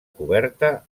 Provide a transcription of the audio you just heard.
coberta